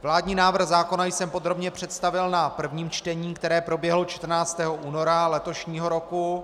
Vládní návrh zákona jsem podrobně představil na prvním čtení, které proběhlo 14. února letošního roku.